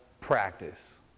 practice